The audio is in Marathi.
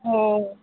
हो